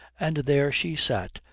and there she sat,